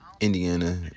Indiana